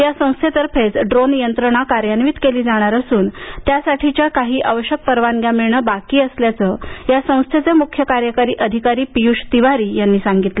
या संस्थेतर्फेच ड्रोन यंत्रणा कार्यान्वित केली जाणार असून त्यासाठीच्या काही आवश्यक परवानग्या मिळणे बाकी असल्याचं या संस्थेचे मुख्य कार्यकारी अधिकारी पियुष तिवारी यांनी सांगितलं